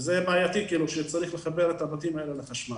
זה בעייתי שצריך לחבר את הבתים האלה לחשמל,